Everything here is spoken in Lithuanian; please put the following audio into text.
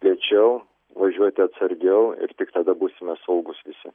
lėčiau važiuoti atsargiau ir tik tada būsime saugūs visi